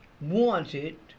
wanted